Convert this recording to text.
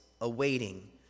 awaiting